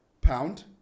Pound